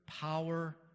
power